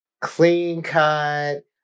clean-cut